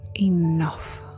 enough